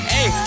Hey